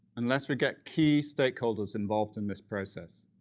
unless we get key stakeholders involved in this process,